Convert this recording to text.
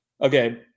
okay